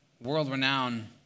world-renowned